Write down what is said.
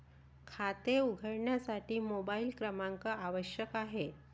खाते उघडण्यासाठी मोबाइल क्रमांक आवश्यक आहे